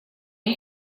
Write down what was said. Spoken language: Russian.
они